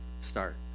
start